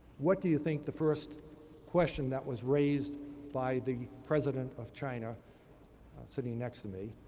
what do you think the first question that was raised by the president of china sitting next to me?